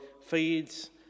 feeds